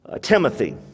Timothy